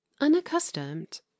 unaccustomed